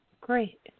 Great